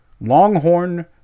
Longhorn